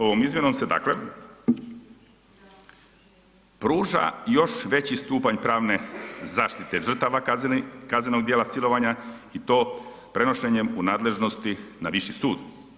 Ovom izmjenom se dakle pruža još veći stupanj pravne zaštite žrtava kaznenog djela silovanja i to prenošenjem u nadležnosti na viši sud.